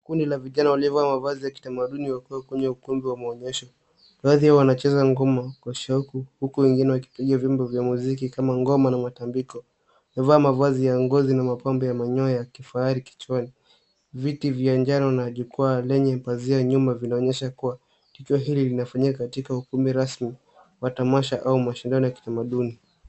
Kundi la vijana waliovaa mavazi ya kitamaduni wakiwa kwenye ukumbi wa maonyesho. Baadhi wanacheza ngoma kwa shauku huku wengine wakipiga vyombo vya muziki kama ngoma na matambiko. Wamevaa mavazi ya ngozi na mapambo ya manyoya ya kifahari kichwani. Viti vya njano na jukwaa lenye pazia nyuma vinaonyesha kuwa tukio hili linafanyika katika ukumbi rasmi wa tamasha au mashindano ya kitamaduni.